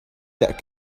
that